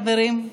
חברים?